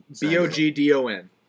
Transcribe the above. B-O-G-D-O-N